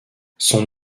son